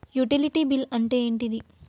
Utility bill అంటే ఏంటిది?